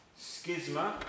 schisma